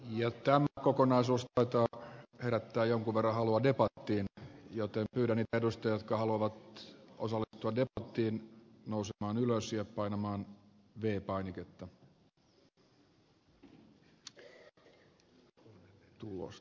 tämä kokonaisuus taitaa herättää jonkun verran halua debattiin joten pyydän niitä edustajia jotka haluavat osallistua debattiin nousemaan ylös ja painamaan v painiketta